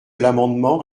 l’amendement